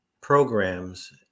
programs